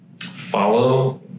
follow